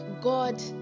God